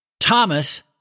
Thomas